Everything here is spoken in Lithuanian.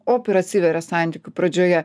op ir atsiveria santykių pradžioje